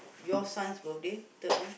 your sons birthday third one